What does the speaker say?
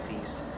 feast